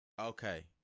Okay